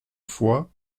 fois